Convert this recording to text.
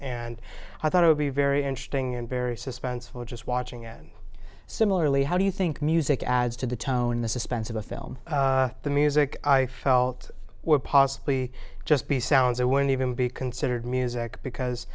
and i thought it would be very interesting and very suspenseful just watching and similarly how do you think music adds to the tone the suspense of the film the music i felt were possibly just be sounds i wouldn't even be considered music because